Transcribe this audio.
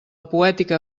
poètica